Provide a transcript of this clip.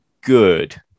good